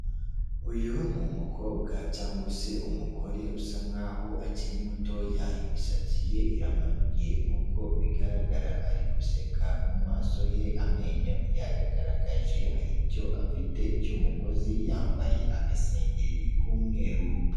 Uyu ni umukobwa cyangwa se umugore usa nkaho akiri mutoya, imisatsi ye iramanuye nkuko bigaragara ari guseka, mu maso he amenyo yayagaragaje, hari icyo afite cy'umugozi, yambaye agasengeri k'umweru.